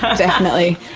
definitely,